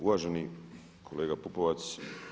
Uvaženi kolega Pupovac.